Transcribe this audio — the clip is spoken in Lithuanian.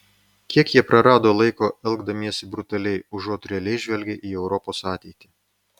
kiek jie prarado laiko elgdamiesi brutaliai užuot realiai žvelgę į europos ateitį